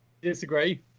Disagree